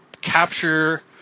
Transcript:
capture